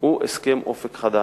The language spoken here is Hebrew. הוא הסכם "אופק חדש",